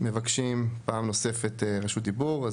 מבקשים תוספת רשות דיבור,